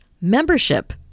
membership